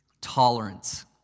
tolerance